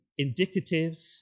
indicatives